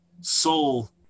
soul